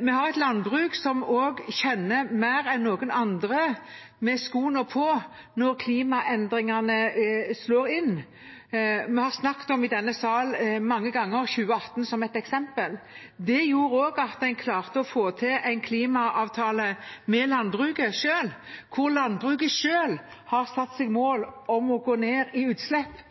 vi har et landbruk som mer enn noen andre – de har skoene på – kjenner når klimaendringene slår inn. Vi i denne salen har mange ganger snakket om 2018 som et eksempel. Det gjorde også at en klarte å få til en klimaavtale med landbruket selv, hvor landbruket har satt seg mål om å gå ned i utslipp.